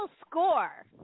score